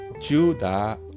judah